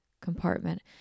compartment